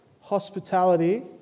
hospitality